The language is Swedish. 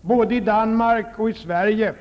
Både i Danmark och i Sverige